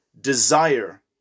desire